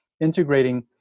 integrating